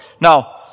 Now